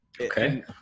Okay